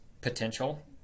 potential